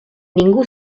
ningú